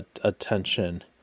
attention